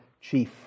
chief